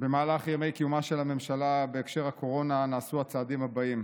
במהלך ימי קיומה של הממשלה נעשו בהקשר הקורונה הצעדים הבאים: